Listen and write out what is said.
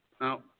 Now